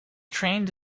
trained